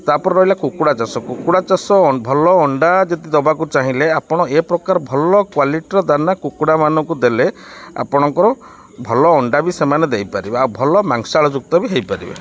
ତା'ପରେ ରହିଲା କୁକୁଡ଼ା ଚାଷ କୁକୁଡ଼ା ଚାଷ ଭଲ ଅଣ୍ଡା ଯଦି ଦବାକୁ ଚାହିଁଲେ ଆପଣ ଏପ୍ରକାର ଭଲ କ୍ଵାଲିଟିର ଦାନା କୁକୁଡ଼ାମାନଙ୍କୁ ଦେଲେ ଆପଣଙ୍କର ଭଲ ଅଣ୍ଡା ବି ସେମାନେ ଦେଇପାରିବେ ଆଉ ଭଲ ମାଂସାଳଯୁକ୍ତ ବି ହେଇପାରିବେ